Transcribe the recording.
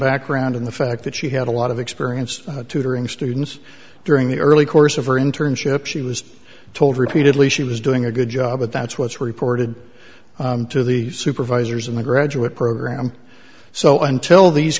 background in the fact that she had a lot of experience tutoring students during the early course of her internship she was told repeatedly she was doing a good job but that's what's reported to the supervisors in the graduate program so until these